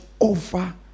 over